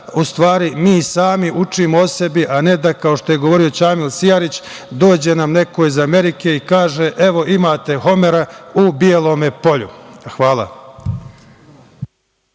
u stvari, mi sami učimo o sebi, a ne da, kao što je govorio Ćamil Sijarić, dođe nam neko iz Amerike i kaže – evo, imate Homera u Bijelome Polju. Hvala.